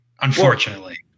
Unfortunately